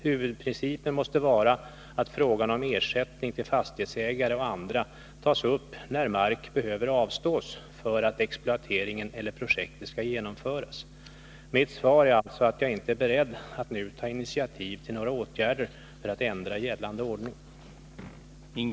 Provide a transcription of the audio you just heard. Huvudprincipen måste vara att frågan om ersättning till fastighetsägare och andra tas upp när mark behöver avstås för att exploateringen eller projektet skall genomföras. Mitt svar är alltså att jag inte är beredd att nu ta initiativ till några åtgärder för att ändra gällande ordning.